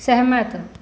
सहमत